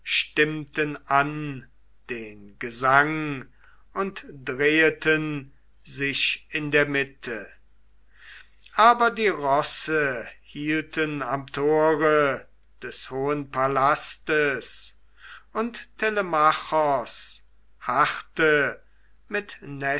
an den gesang und dreheten sich in der mitte aber die rosse hielten am tore des hohen palastes und telemachos harrte mit